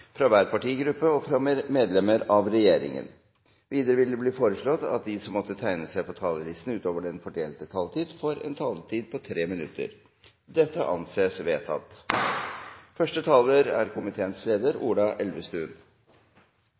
hver partigruppe og etter innlegg fra medlemmer av regjeringen innenfor den fordelte taletid. Videre vil det bli foreslått at de som måtte tegne seg på talerlisten utover den fordelte taletid, får en taletid på inntil 3 minutter. – Dette anses vedtatt.